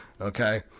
okay